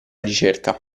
ricerca